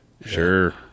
Sure